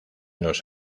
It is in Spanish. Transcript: los